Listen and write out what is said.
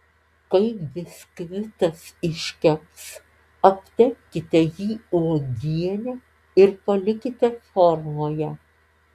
kai biskvitas iškeps aptepkite jį uogiene ir palikite formoje